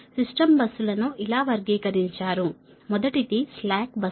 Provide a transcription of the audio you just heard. system బస్సులను ఇలా వర్గీకరించారు మొదటిది స్లాక్ బస్సు